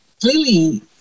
clearly